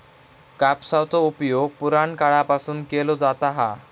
कापसाचो उपयोग पुराणकाळापासून केलो जाता हा